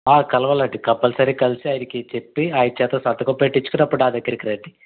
కలవాలండి compulsory కలిసి ఆయనకి చెప్పి అయిన చేత సంతకం పెట్టించుకుని అప్పుడు నా దగ్గరకి రండి